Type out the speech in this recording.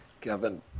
Kevin